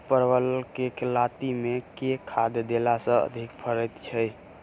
परवल केँ लाती मे केँ खाद्य देला सँ अधिक फरैत छै?